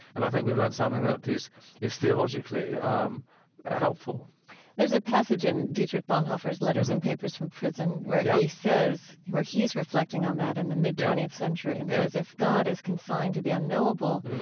and i think we've learned something that is theologically um helpful there's a passage in dietrich bonhoeffer's letters and papers from prison where he says where he's reflecting on that in the mid twentieth century and says if god is consigned to the unknowable,